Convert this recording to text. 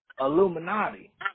Illuminati